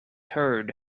herd